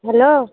hello